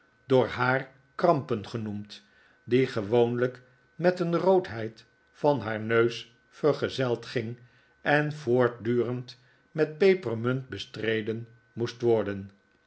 door haar krampen genoemd die gewoonlijk met een roodheid van haar neus vergezeld ging en voortdurend met pepermunt bestreden moest worden